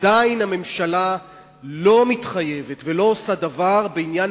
עדיין הממשלה לא מתחייבת ולא עושה דבר בעניין